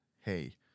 Hey